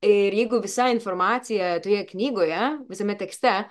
ir jeigu visa informacija toje knygoje visame tekste